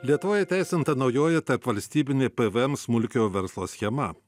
lietuvoj įteisinta naujoji tarpvalstybinė pvm smulkiojo verslo schema